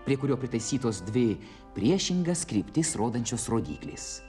prie kurio pritaisytos dvi priešingas kryptis rodančios rodyklės